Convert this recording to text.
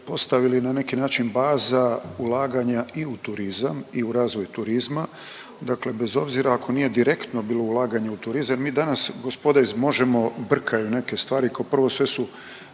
postavili na neki način baza ulaganja i u turizam i u razvoj turizma. Dakle, bez obzira ako nije direktno bilo ulaganje u turizam mi danas gospoda iz MOŽEMO brkaju neke stvari. Kao prvo sve su